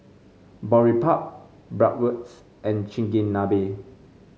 Boribap Bratwurst and Chigenabe